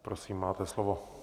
Prosím, máte slovo.